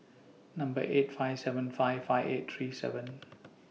Number eight five seven five five eight three seven